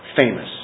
famous